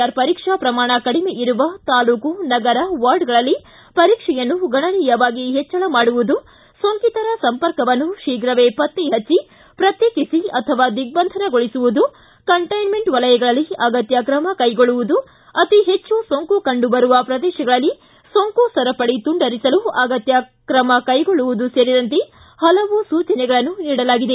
R ಪರೀಕ್ಷಾ ಪ್ರಮಾಣ ಕಡಿಮೆ ಇರುವ ತಾಲೂಕು ನಗರ ವಾರ್ಡ್ಗಳಲ್ಲಿ ಪರೀಕ್ಷೆಯನ್ನು ಗಣನೀಯವಾಗಿ ಹೆಚ್ಚಳ ಮಾಡುವುದು ಸೋಂಕಿತರ ಸಂಪರ್ಕವನ್ನು ಶೀಘವೇ ಪತ್ತೆ ಹಚ್ಚಿ ಪ್ರತ್ಯೇಕಿಸಿ ಅಥವಾ ದಿಗ್ಗಂಧನಗೊಳಿಸುವುದು ಕಂಟೈನ್ಮೆಂಟ್ ವಲಯಗಳಲ್ಲಿ ಅಗತ್ಯ ಕ್ರಮ ಕೈಗೊಳ್ಳುವುದು ಅತೀ ಹೆಚ್ಚು ಸೋಂಕು ಕಂಡುಬರುವ ಪ್ರದೇಶಗಳಲ್ಲಿ ಸೋಂಕು ಸರಪಳಿ ತುಂಡರಿಸಲು ಅಗತ್ಯ ಕ್ರಮ ಕೈಗೊಳ್ಳುವುದು ಸೇರಿದಂತೆ ಹಲವು ಸೂಚನೆಗಳನ್ನು ನೀಡಲಾಗಿದೆ